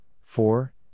four